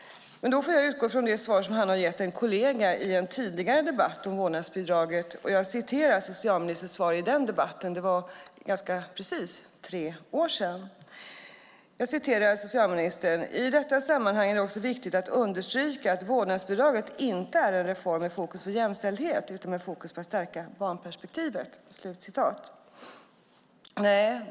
Jag får utgå från det svar som han har gett en kollega i en tidigare debatt om vårdnadsbidraget. Jag citerar socialministerns svar i den debatten; den var för ganska precis tre år sedan. "I detta sammanhang är det också viktigt att understryka att vårdnadsbidraget inte är en reform med fokus på jämställdhet utan med fokus på att stärka barnperspektivet."